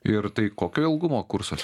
ir tai kokio ilgumo kursas